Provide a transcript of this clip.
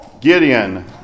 Gideon